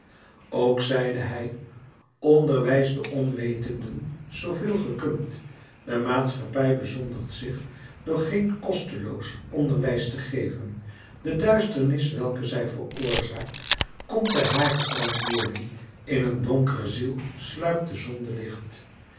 ook zeide hij onderwijs de onwetenden zooveel ge kunt de maatschappij bezondigt zich door geen kosteloos onderwijs te geven de duisternis welke zij veroorzaakt komt te harer verantwoording in een donkere ziel sluipt de zonde